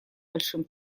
большим